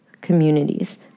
communities